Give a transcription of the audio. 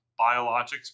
biologics